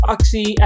Oxy